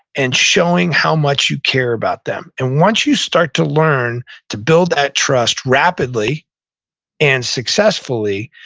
and showing how much you care about them. and once you start to learn to build that trust rapidly and successfully,